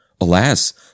Alas